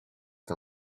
the